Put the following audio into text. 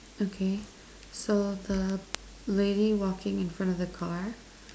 okay so the lady walking in front of the car